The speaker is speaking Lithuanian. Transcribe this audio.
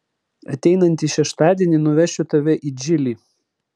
ateinantį šeštadienį nuvešiu tave į džilį